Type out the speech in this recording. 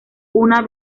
una